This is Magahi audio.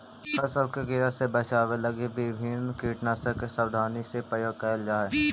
फसल के कीड़ा से बचावे लगी विभिन्न कीटनाशक के सावधानी से प्रयोग कैल जा हइ